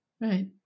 Right